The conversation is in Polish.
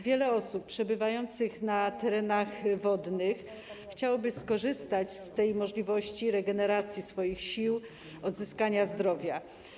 Wiele osób przebywających na terenach wodnych chciałoby skorzystać z tej możliwości regeneracji swoich sił, odzyskania zdrowia.